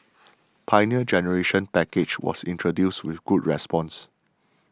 Pioneer Generation Package was introduced with good response